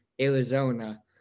Arizona